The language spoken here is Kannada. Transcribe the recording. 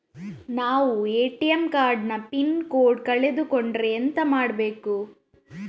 ನಾವು ಎ.ಟಿ.ಎಂ ಕಾರ್ಡ್ ನ ಪಿನ್ ಕೋಡ್ ಕಳೆದು ಕೊಂಡ್ರೆ ಎಂತ ಮಾಡ್ಬೇಕು?